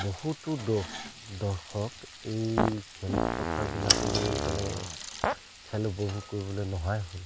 বহুতো দৰ্শক এই খেলপথাৰবিলাকলৈ মানে খেল উপভোগ কৰিবলৈ নহাই হ'ল